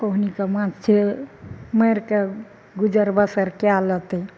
कहुना कऽ माँछे मारिके गुजर बसर कए लेतै